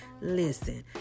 listen